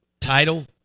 title